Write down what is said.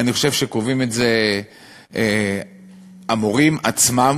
אני חושב שקובעים את זה המורים עצמם,